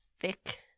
thick